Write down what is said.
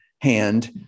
hand